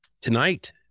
Tonight